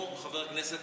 חבר הכנסת